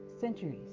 centuries